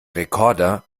rekorder